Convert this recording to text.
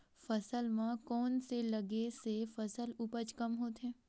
फसल म कोन से लगे से फसल उपज कम होथे?